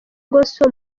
gospel